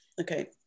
Okay